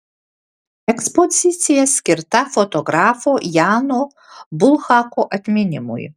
ekspozicija skirta fotografo jano bulhako atminimui